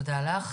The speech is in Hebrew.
תודה לך.